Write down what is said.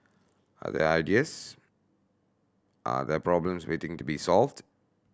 are there ideas are there problems waiting to be solved